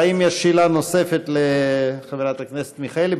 האם יש שאלה נוספת לחברת הכנסת מיכאלי?